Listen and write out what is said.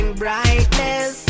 brightness